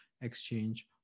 exchange